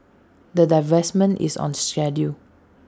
the divestment is on schedule